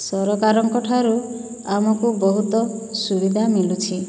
ସରକାରଙ୍କଠାରୁ ଆମକୁ ବହୁତ ସୁବିଧା ମିଳୁଛି